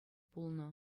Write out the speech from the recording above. пулнӑ